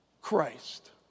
Christ